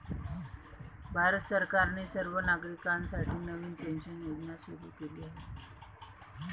भारत सरकारने सर्व नागरिकांसाठी नवीन पेन्शन योजना सुरू केली आहे